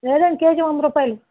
లేదండి కేజీ వంద రూపాయలు